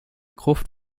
gruft